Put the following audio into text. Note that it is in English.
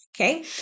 Okay